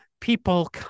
People